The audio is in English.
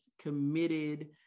committed